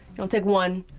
take one,